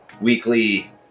weekly